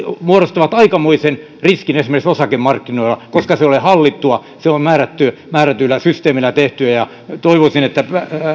muodostavat aikamoisen riskin esimerkiksi osakemarkkinoilla koska se ei ole hallittua se on määrätyillä määrätyillä systeemeillä tehtyä ja toivoisin että